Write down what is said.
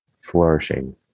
flourishing